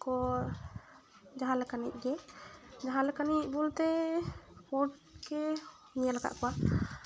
ᱠᱚ ᱡᱟᱦᱟᱸ ᱞᱮᱠᱟᱱᱤᱡ ᱜᱮ ᱡᱟᱦᱟᱸ ᱞᱮᱠᱟᱱᱤᱡ ᱵᱚᱞᱛᱮ ᱯᱩᱰ ᱜᱤᱧ ᱧᱮᱞ ᱟᱠᱟᱫ ᱠᱚᱣᱟ